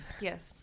Yes